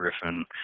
Griffin